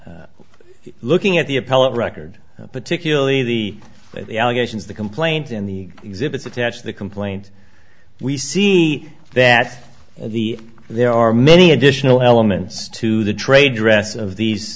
dismiss looking at the appellate record particularly the allegations the complaint in the exhibits attached the complaint we see that the there are many additional elements to the trade dress of these